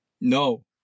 No